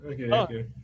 okay